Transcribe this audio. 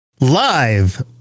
live